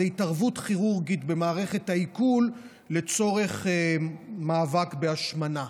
זו התערבות כירורגית במערכת העיכול לצורך מאבק בהשמנה.